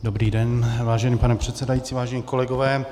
Dobrý den, vážený pane předsedající, vážení kolegové.